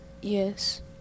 Yes